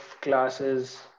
classes